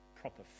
proper